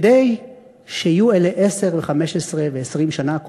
כדי ש-10 ו-15 ו-20 שנה,